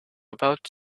about